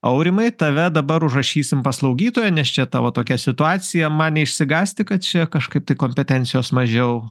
aurimai tave dabar užrašysim pas slaugytoją nes čia tavo tokia situacija man neišsigąsti kad čia kažkaip tai kompetencijos mažiau